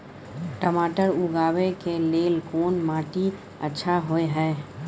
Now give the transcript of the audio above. टमाटर उगाबै के लेल कोन माटी अच्छा होय है?